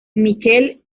mikel